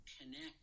connect